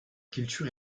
culture